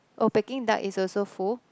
oh Peking duck is also full